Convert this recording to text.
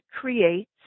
CREATE